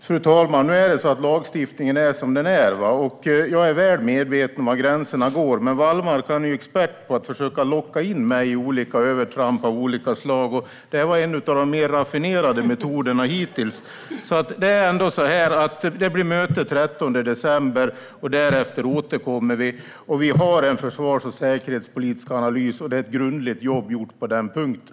Fru talman! Lagstiftningen är som den är. Jag är väl medveten om var gränserna går. Men Wallmark är expert på att försöka locka in mig i övertramp av olika slag. Det här var en av de mer raffinerade metoderna hittills. Det blir möte den 13 december. Därefter återkommer vi. Vi har en försvars och säkerhetspolitisk analys, och det är ett grundligt jobb gjort på den punkten.